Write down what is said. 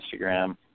Instagram